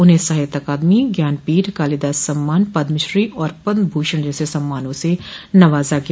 उन्हें साहित्य अकादमी ज्ञानपीठ कालीदास सम्मान पद्मश्री और पद्मभूषण जैसे सम्मानों से नवाजा गया